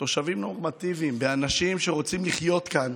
בתושבים נורמטיביים, באנשים שרוצים לחיות כאן